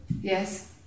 Yes